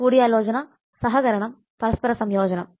കൂടിയാലോചന സഹകരണം പരസ്പരസംയോജനം